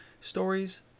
stories